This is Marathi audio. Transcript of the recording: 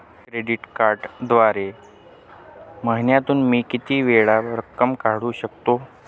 क्रेडिट कार्डद्वारे महिन्यातून मी किती वेळा रक्कम काढू शकतो?